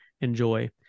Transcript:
enjoy